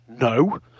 No